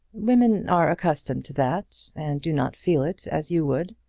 women are accustomed to that, and do not feel it as you would.